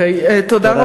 תודה.